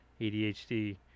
ADHD